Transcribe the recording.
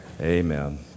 Amen